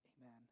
amen